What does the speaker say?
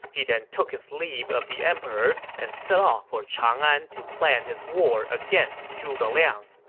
he then took his leave of the emperor and set off for chang'an to plan his war against zhuge liang